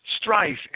strife